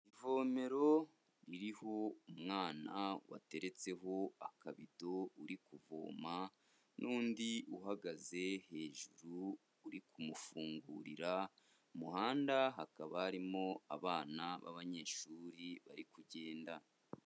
Ivomero ririho umwana wateretseho akabito uri kuvoma n'undi uhagaze hejuru uri kumufungurira, mu muhanda hakaba harimo abana b'abanyeshuri bari kugenda.